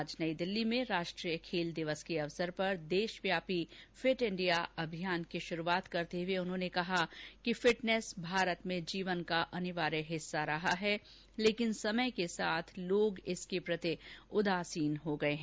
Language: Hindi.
आज नई दिल्ली में राष्ट्रीय खेल दिवस के अवसर पर देशव्यापी फिट इंडिया अभियान की शुरूआत करते हए उन्होंने कहा कि फिटनेस भारत में जीवन का अनिवार्य हिस्सा रहा है लेकिन समय के साथ लोग इसके प्रति उदासीन हो गये हैं